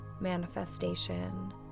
manifestation